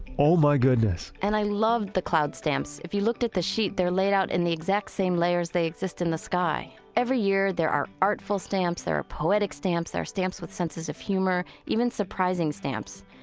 oh my goodness and i love the cloud stamps. if you looked at the sheet, they're laid out in the exact same layers they exist in the sky. every year there are artful stamps, there are poetic stamps, there are stamps with senses of humor. even surprising stamps.